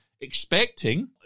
expecting